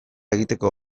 egiteko